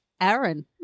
Aaron